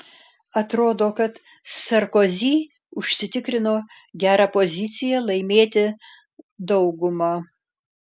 atrodo kad sarkozy užsitikrino gerą poziciją laimėti daugumą